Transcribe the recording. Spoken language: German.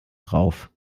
drauf